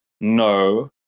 no